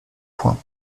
point